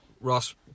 Ross